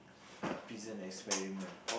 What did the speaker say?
err Prison Experiment